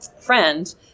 friend